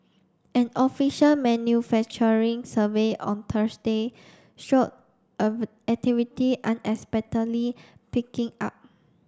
an official manufacturing survey on Thursday showed activity unexpectedly picking up